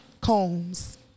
Combs